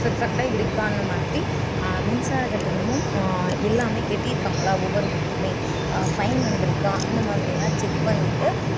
பர்ஃபெக்ட்டாக இருக்கான்னு மாதிரி மின்சார கட்டணமும் எல்லாமே கட்டிருக்காங்களா ஒவ்வொரு மந்த்துமே ஃபைன் வந்திருக்கா அந்த மாதிரி எல்லாம் செக் பண்ணிவிட்டு